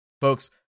Folks